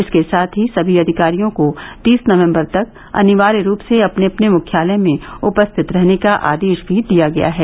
इसके साथ ही सभी अधिकारियों को तीस नवंबर तक अनिवाय रूप से अपने अपने मुख्यालय में उपस्थित रहने का आदेश भी दिया गया है